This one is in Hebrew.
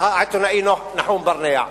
העיתונאי נחום ברנע.